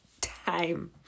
time